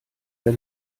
der